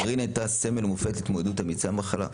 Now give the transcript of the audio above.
קארין הייתה סמל ומופת להתמודדות אמיצה עם המחלה,